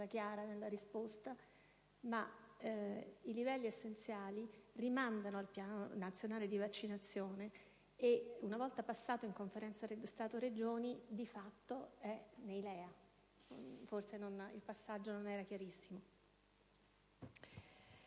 chiara nella risposta. I livelli essenziali rimandano infatti al piano nazionale di vaccinazione che, una volta passato in Conferenza Stato-Regioni, di fatto, è nei LEA. Forse il passaggio non era molto chiaro.